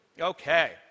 Okay